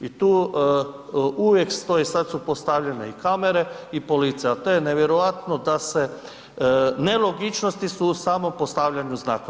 I tu uvijek stoji, sada su postavljene i kamere i policija ali to je nevjerojatno da se, nelogičnosti su u samom postavljanju znakova.